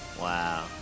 Wow